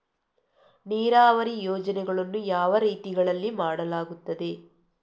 ನೀರಾವರಿ ಯೋಜನೆಗಳನ್ನು ಯಾವ ರೀತಿಗಳಲ್ಲಿ ಮಾಡಲಾಗುತ್ತದೆ?